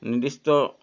নিৰ্দিষ্ট